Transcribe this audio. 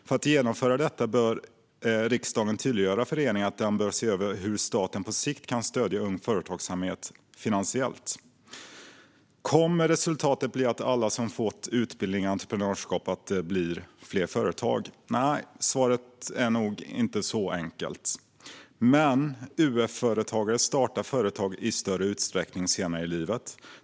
För att genomföra detta bör riksdagen tydliggöra för regeringen att den bör se över hur staten på sikt kan stödja Ung Företagsamhet finansiellt. Kommer resultatet att bli att alla som fått utbildning i entreprenörskap blir företagare? Nej, svaret är nog inte så enkelt. Men UF-företagare startar företag i större utsträckning senare i livet.